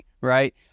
Right